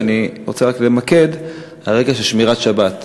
ואני רוצה רק למקד: על רקע של שמירת שבת.